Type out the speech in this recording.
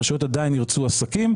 רשויות עדיין ירצו עסקים,